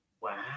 wow